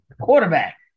quarterback